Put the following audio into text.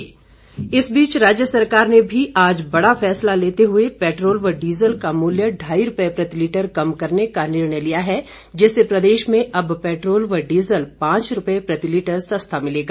petrol diesel इस बीच राज्य सरकार ने भी आज बड़ा फैसला लेते हुए पैट्रोल व डीजल का मूल्य में ढ़ाई रूपए प्रतिलीटर कम करने का निर्णय लिया है जिससे प्रदेश में अब पैट्रोल व डीजल पांच रूपए प्रतिलीटर सस्ता मिलेगा